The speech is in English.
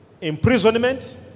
Imprisonment